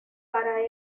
para